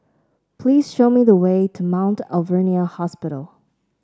please show me the way to Mount Alvernia Hospital